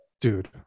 dude